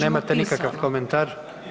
Nemate nikakav komentar?